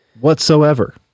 Whatsoever